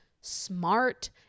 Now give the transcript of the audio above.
smart